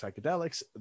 psychedelics